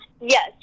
Yes